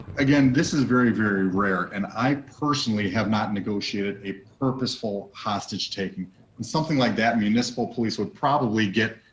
again, this is very, very rare and i personally have not negotiated a purposeful hostage taking and something like that municipal police would probably get